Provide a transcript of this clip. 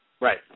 Right